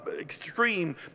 extreme